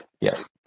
Yes